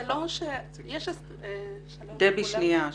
אבל זה לא, יש הסכם --- דבי, שנייה.